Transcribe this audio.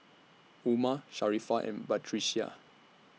Umar Sharifah and Batrisya